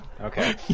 Okay